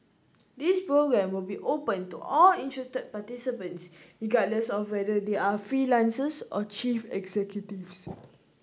this programme will be open to all interested participants regardless of whether they are freelancers or chief executives